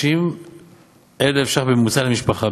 130,000 ש"ח בממוצע למשפחה,